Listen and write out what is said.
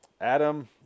adam